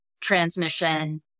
transmission